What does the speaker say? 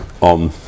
on